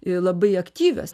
ir labai aktyvios